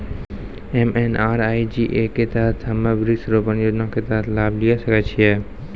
MNREGA के तहत हम्मय वृक्ष रोपण योजना के तहत लाभ लिये सकय छियै?